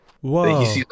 Whoa